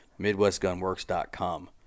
MidwestGunWorks.com